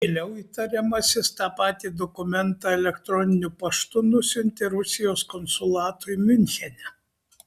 vėliau įtariamasis tą patį dokumentą elektroniniu paštu nusiuntė rusijos konsulatui miunchene